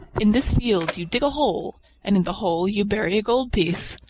in this field you dig a hole and in the hole you bury a gold piece.